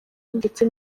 ndetse